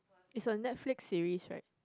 is a Netflix series right